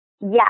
Yes